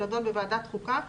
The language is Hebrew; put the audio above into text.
שנדון בוועדת החוקה,